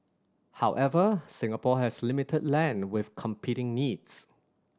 however Singapore has limited land with competing needs